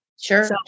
Sure